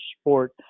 sport